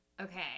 Okay